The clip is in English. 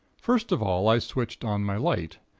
first of all i switched on my light,